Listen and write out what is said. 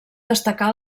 destacar